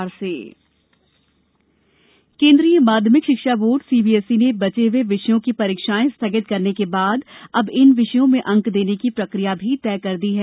CBSE केन्द्रीय माध्यमिक शिक्षा बोर्ड सीबीएसई ने बचे हये विषयों की परीक्षाएं स्थगित करने के बाद अब इन विषयों में अंक देने की प्रक्रिया भी तय कर दी है